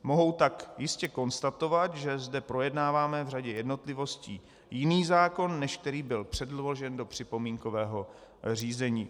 Mohu tak jistě konstatovat, že zde projednáváme v řadě jednotlivostí jiný zákon, než který byl předložen do připomínkového řízení.